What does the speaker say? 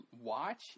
watch